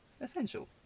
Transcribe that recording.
essential